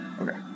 Okay